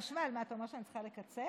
אתה אומר שאני צריכה לקצר?